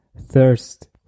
thirst